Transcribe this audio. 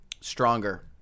Stronger